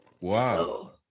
Wow